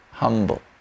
humble